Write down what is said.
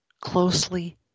closely